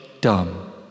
dumb